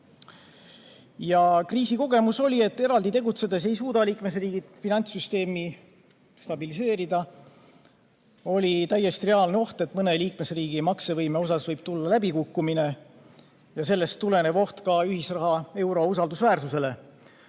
Kriisikogemus oli, et eraldi tegutsedes ei suuda liikmesriigid finantssüsteemi stabiliseerida. Oli täiesti reaalne oht, et mõne liikmesriigi maksevõimes võib tulla läbikukkumine ja sellest tulenes oht ka ühisraha euro usaldusväärsusele.